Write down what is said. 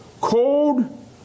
Cold